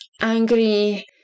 angry